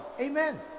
amen